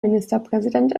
ministerpräsident